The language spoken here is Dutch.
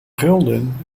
gulden